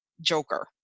joker